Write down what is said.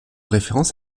référence